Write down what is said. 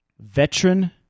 veteran